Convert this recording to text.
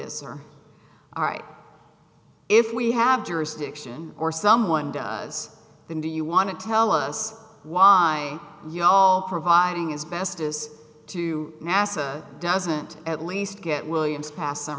is all right if we have jurisdiction or someone does then do you want to tell us why you all providing is best is to nasa doesn't at least get williams pas